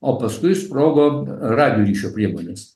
o paskui sprogo radijo ryšio priemonės